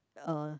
a